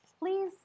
please